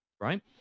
right